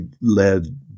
led